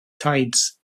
tides